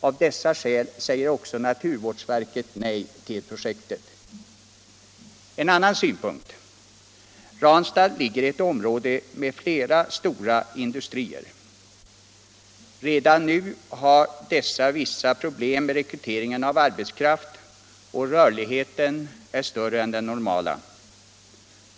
Av dessa skäl säger också naturvårdsverket nej till projektet. En annan synpunkt är att Ranstad ligger i ett område med flera stora industrier. Redan nu har dessa vissa problem med rekryteringen av arbetskraft, och rörligheten är större än den normala.